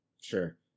Sure